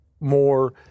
more